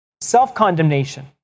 Self-condemnation